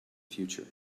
future